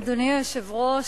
אדוני היושב-ראש,